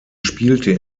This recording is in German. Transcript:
spielte